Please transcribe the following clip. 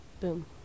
boom